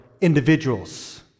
individuals